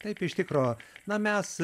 taip iš tikro na mes